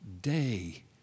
day